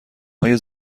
های